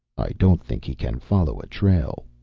i don't think he can follow a trail,